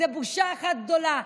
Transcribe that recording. זו בושה אחת גדולה.